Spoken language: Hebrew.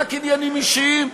רק עניינים אישיים,